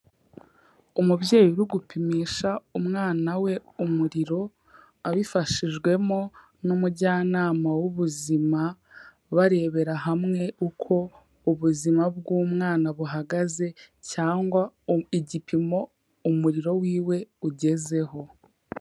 Umubyeyi uri gupimisha umwana we umuriro, abifashijwemo n'umujyanama w'ubuzima, barebera hamwe uko ubuzima bw'umwana buhagaze cyangwa igipimo umuriro wiwe ugezeho.